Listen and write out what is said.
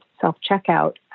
Self-checkout